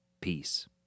peace